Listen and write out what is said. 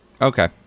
okay